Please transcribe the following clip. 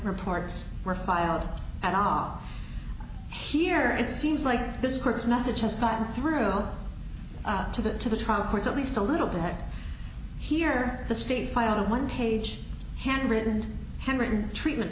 reports were filed and off here it seems like this court's message has gotten through to the to the trial court at least a little bit here the state filed a one page handwritten handwritten treatment